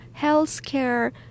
healthcare